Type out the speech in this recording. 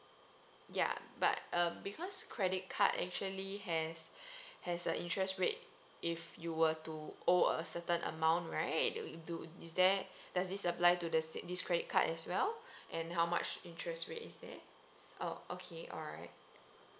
ya but uh because credit card actually has has a interest rate if you were to owe a certain amount right do is there does this apply to the savings credit card as well and how much interest rate is it oh okay alright